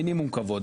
מינימום כבוד.